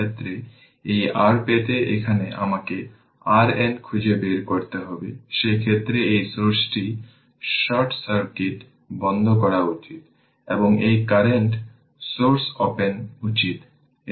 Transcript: এখন একইভাবে যদি আপনি লুপ 2 নেন তবে এটি হবে 4 i2 4 i2 2 i2 i2 i1 2 i2 i1 3 i 0 কারণ ডিপেন্ডেন্ট ভোল্টেজের সোর্স হল 3 i